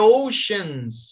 oceans